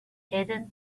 hidden